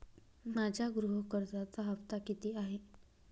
माझ्या गृह कर्जाचा हफ्ता किती आहे?